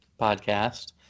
podcast